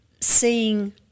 seeing